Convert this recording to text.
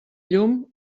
llum